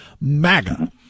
MAGA